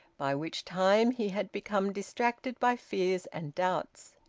by which time he had become distracted by fears and doubts.